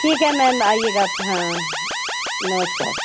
ठीक है मैम आइएगा आप हाँ नमस्कार